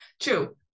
true